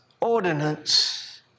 ordinance